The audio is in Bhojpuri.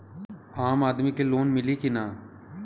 आम आदमी के लोन मिली कि ना?